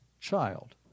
child